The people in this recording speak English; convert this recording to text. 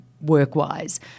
work-wise